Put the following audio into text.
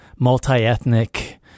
Multi-ethnic